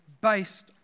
based